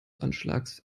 anschlags